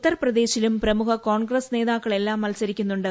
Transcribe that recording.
ഉത്തർപ്രദേശിലും പ്രമുഖ കോൺഗ്രസ് നേതാക്കളെല്ലാം മത്സരിക്കുന്നുണ്ട്